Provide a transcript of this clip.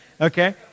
Okay